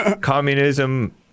communism